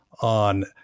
on